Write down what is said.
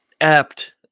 apt